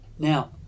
Now